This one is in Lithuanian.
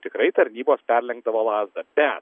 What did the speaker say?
tikrai tarnybos perlenkdavo lazdą be